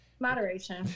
Moderation